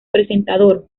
presentador